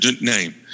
name